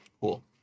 Cool